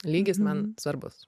lygis man svarbus